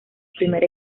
primer